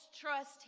trust